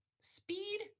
speed